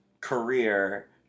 career